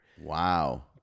Wow